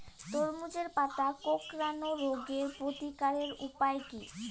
তরমুজের পাতা কোঁকড়ানো রোগের প্রতিকারের উপায় কী?